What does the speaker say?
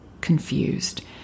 confused